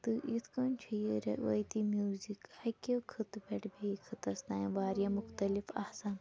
تہٕ یِتھ کٔنۍ چھُ یہِ روٲیتی میٛوٗزِک اَکہِ خطہٕ پٮ۪ٹھ بیٚیہِ خٕطَس تانۍ واریاہ مختلف آسان